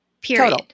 period